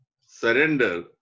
surrender